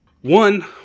One